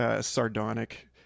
sardonic